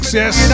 yes